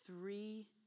Three